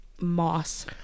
moss